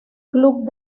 club